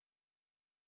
hello